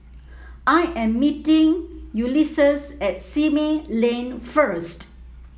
I am meeting Ulises at Simei Lane first